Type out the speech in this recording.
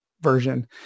version